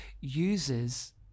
uses